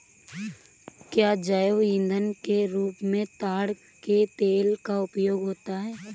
क्या जैव ईंधन के रूप में ताड़ के तेल का उपयोग होता है?